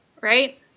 Right